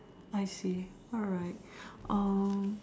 I see alright